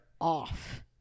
off